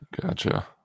Gotcha